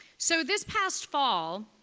so this past fall,